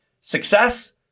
success